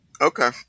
Okay